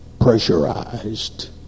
pressurized